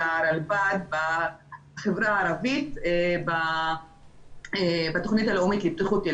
לכל הרלב"ד להעלות את אחוזי החגירה בהעלאת בטיחות של